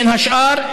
בין השאר,